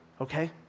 okay